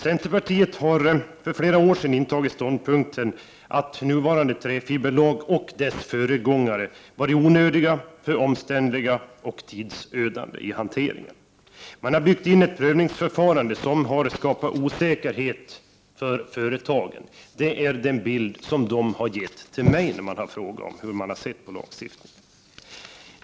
Centerpartiet har för flera år sedan intagit ståndpunkten att nuvarande träfiberlag och dess föregångare varit onödiga, för omständliga och tidsödande i hanteringen. Man har byggt in ett prövningsförfarande som skapat osäkerhet för företagen. Det är den bild som de har gett till mig när jag har frågat hur de har sett på lagstiftningen.